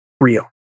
real